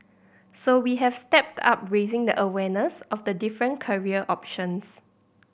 so we have stepped up raising the awareness of the different career options